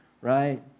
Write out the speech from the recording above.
right